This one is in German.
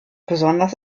besonders